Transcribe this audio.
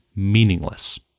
meaningless